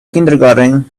kindergarten